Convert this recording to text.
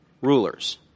rulers